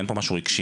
אין פה משהו רגשי,